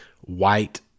white